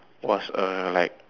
was err like